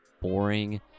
boring